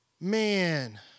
man